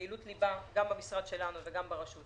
פעילות ליבה גם במשרד שלנו וגם ברשות,